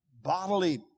bodily